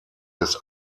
des